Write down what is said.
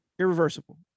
Irreversible